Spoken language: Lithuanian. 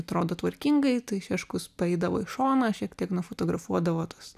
atrodo tvarkingai tai šeškus paeidavo į šoną šiek tiek nufotografuodavo tos